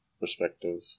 perspective